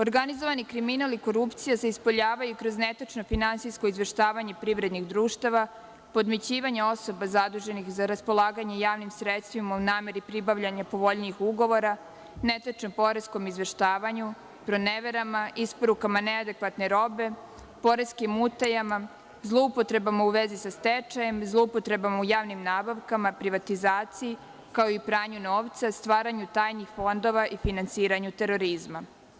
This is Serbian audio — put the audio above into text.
Organizovani kriminal i korupcija se ispoljavaju kroz netačno finansijsko izveštavanje privrednih društava, podmećivanje osoba zaduženih za raspolaganje javnim sredstvima u nameri pribavljanja povoljnijih ugovora, netačnom poreskom izveštavanju, proneverama i isporukama neadekvatne robe, poreskim utajama, zloupotrebama u vezi sa stečajem, zloupotrebama u javnim nabavkama, privatizaciji, kao i pranje novca, stvaranje tajnih fondova i finansiranje terorizma.